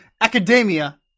Academia